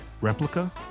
replica